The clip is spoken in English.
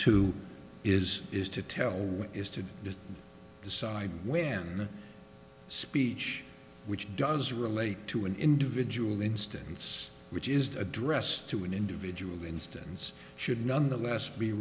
to is is to tell which is to decide when the speech which does relate to an individual instance which is addressed to an individual instance should nonetheless be